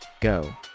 go